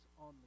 on